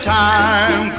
time